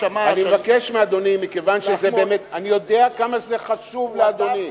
מבקש מאדוני, אני יודע כמה זה חשוב לאדוני.